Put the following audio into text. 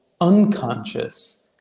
unconscious